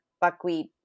buckwheat